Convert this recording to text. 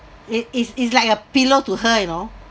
it is is like a pillow to her you know